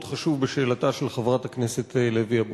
חשוב בשאלתה של חברת הכנסת לוי אבקסיס.